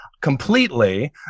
completely